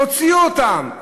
תוציאו אותם.